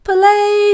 Play